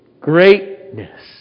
greatness